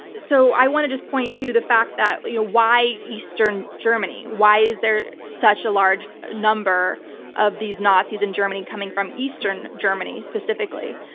so i want to just point to the fact that you know why eastern germany? why is there such a large number of these nazis in germany coming from eastern germany, specifically?